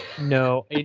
No